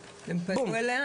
בום -- התקשרו אליה?